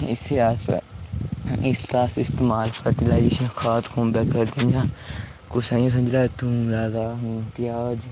इसी अस इस आस्तै इस्तेमाल फर्टीलाइजेशन खाद खुंबा करदियां कुसै इ'यां समझी लै थूम लाए दा प्याज